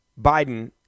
Biden